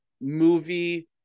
movie